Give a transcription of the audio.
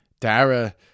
Dara